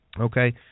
okay